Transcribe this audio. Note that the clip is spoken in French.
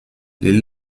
les